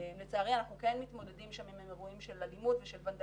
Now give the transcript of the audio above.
לצערי אנחנו כן מתמודדים שם עם אירועים של אלימות וונדליזם,